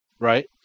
right